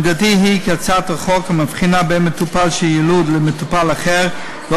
עמדתי היא כי הצעת חוק המבחינה בין מטופל שהוא יילוד למטופל אחר לא